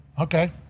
Okay